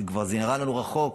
שכבר נראית לנו רחוקה.